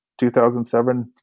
2007